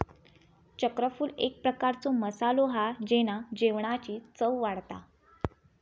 चक्रफूल एक प्रकारचो मसालो हा जेना जेवणाची चव वाढता